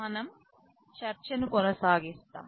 మనం చర్చ ను కొనసాగిస్తాం